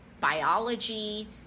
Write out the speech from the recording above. biology